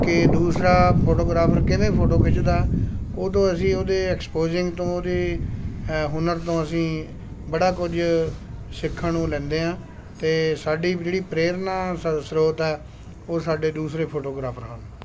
ਕਿ ਦੂਸਰਾ ਫੋਟੋਗ੍ਰਾਫਰ ਕਿਵੇਂ ਫੋਟੋ ਖਿੱਚਦਾ ਉਹ ਤੋਂ ਅਸੀਂ ਉਹਦੇ ਐਕਸਪੋਜ਼ਿੰਗ ਤੋਂ ਉਹਦੇ ਹੁਨਰ ਤੋਂ ਅਸੀਂ ਬੜਾ ਕੁਝ ਸਿੱਖਣ ਨੂੰ ਲੈਂਦੇ ਹਾਂ ਅਤੇ ਸਾਡੀ ਜਿਹੜੀ ਪ੍ਰੇਰਨਾ ਸਰ ਸ੍ਰੋਤ ਹੈ ਉਹ ਸਾਡੇ ਦੂਸਰੇ ਫੋਟੋਗ੍ਰਾਫਰ ਹਨ